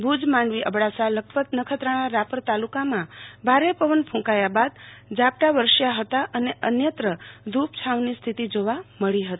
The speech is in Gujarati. ભુજ માંડવી અબડાસા લખપત નખત્રાણા રાપર તાલુકામાં ભારે પવન કૂંકાયા બાદ ઝાપટા વરસ્યા હતા ત અન્યત્ર ધૂપ છાંવની સ્થિતિ જોવા મળી હતી